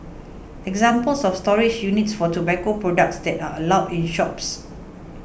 examples of storage units for tobacco products that are allowed in shops